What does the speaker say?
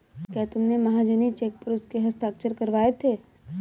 क्या तुमने महाजनी चेक पर उसके हस्ताक्षर करवाए थे?